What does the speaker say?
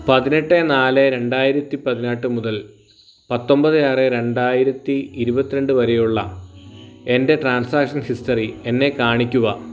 പതിനെട്ട് നാല് രണ്ടായിരത്തി പതിനെട്ട് മുതൽ പത്തൊമ്പത് ആറ് രണ്ടായിരത്തി ഇരുപത്തിരണ്ട് വരെയുള്ള എൻ്റെ ട്രാൻസാക്ഷൻ ഹിസ്റ്ററി എന്നെ കാണിക്കുക